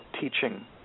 teaching